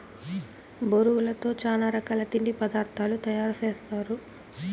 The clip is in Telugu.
బొరుగులతో చానా రకాల తిండి పదార్థాలు తయారు సేస్తారు